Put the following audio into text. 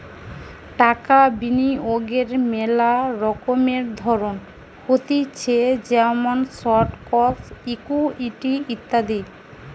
টাকা বিনিয়োগের মেলা রকমের ধরণ হতিছে যেমন স্টকস, ইকুইটি ইত্যাদি